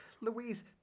louise